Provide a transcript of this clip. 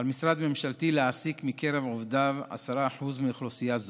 על משרד ממשלתי להעסיק מקרב עובדיו 10% מאוכלוסייה זו.